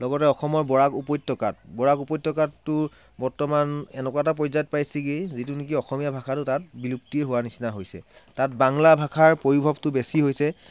আগতে অসমৰ বৰাক উপত্যকাত বৰাক উপত্যকাটো বৰ্তমান এনেকুৱা এটা পৰ্যায়ত পাইছেগৈ য'ত নেকি তাত অসমীয়া ভাষাটো বিলুপ্তি হোৱা নিচিনা হৈছে তাত বাংলা ভাষাৰ পয়োভৰটো বেছি হৈছে